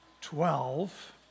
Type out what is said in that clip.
twelve